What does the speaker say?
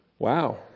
Wow